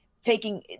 taking